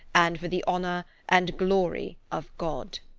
and for the honour and glory of god.